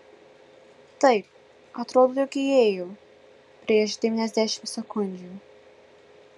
taip atrodo jog įėjo prieš devyniasdešimt sekundžių